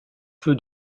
peu